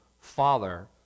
father